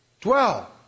Dwell